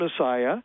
Messiah